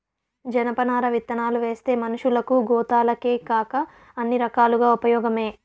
జనపనార విత్తనాలువేస్తే మనషులకు, గోతాలకేకాక అన్ని రకాలుగా ఉపయోగమే